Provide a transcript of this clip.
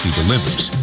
delivers